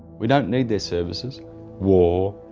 we don't need their services war,